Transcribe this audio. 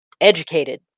educated